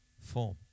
form